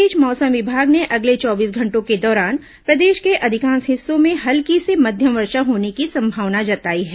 इस बीच मौसम विभाग ने अगले चौबीस घंटों के दौरान प्रदेश के अधिकांश हिस्सों में हल्की से मध्यम वर्षा होने की संभावना जताई है